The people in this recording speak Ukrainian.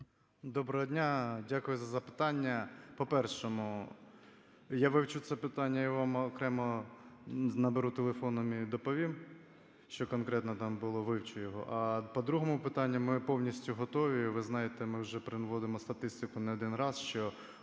Доброго дня! Дякую за запитання. По першому. Я вивчу це питання і вам окремо наберу телефоном і доповім, що конкретно там було, вивчу його. А по другому питанню, ми повністю готові. Ви знаєте, ми вже приводимо статистику не один раз, що